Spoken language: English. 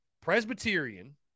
Presbyterian